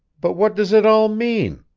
but what does it all mean?